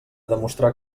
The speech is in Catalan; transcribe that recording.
demostrar